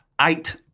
eight